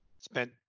Spent